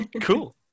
Cool